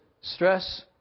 stress